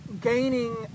gaining